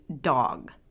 dog